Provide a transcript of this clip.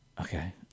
Okay